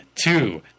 two